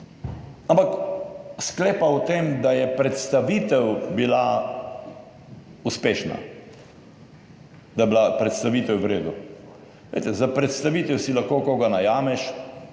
ampak sklepa o tem, da je predstavitev bila uspešna, da je bila predstavitev v redu. Glejte, za predstavitev si lahko koga najameš,